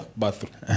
bathroom